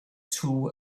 too